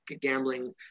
gambling